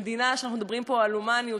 שאנחנו מדברים פה על הומניות,